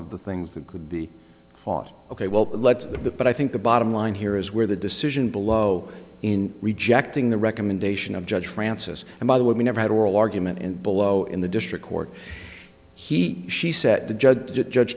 of the things that could be fought ok well let the but i think the bottom line here is where the decision below in rejecting the recommendation of judge francis and by the way we never had oral argument in below in the district court he she said to judge it judge